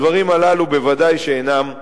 הדברים הללו ודאי שאינם נאמרים.